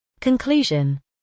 Conclusion